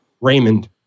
Raymond